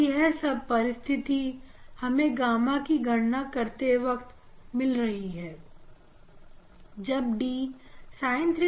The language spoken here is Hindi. यह सब परिस्थिति हमें गामा की गणना करते वक्त मिल रही है जब dSin𝜽 2n1ƛ2N अगर होगा तो हमें सेकेंड्री मैक्सिमा मिलेगा